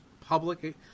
public